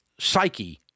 psyche